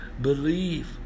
believe